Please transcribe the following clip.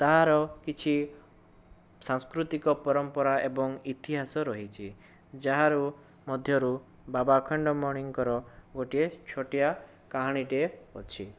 ତାହାର କିଛି ସାଂସ୍କୃତିକ ପରମ୍ପରା ଏବଂ ଇତିହାସ ରହିଛି ଯାହାର ମଧ୍ୟରୁ ବାବା ଅଖଣ୍ଡମଣିଙ୍କର ଗୋଟିଏ ଛୋଟିଆ କାହାଣୀଟିଏ ଅଛି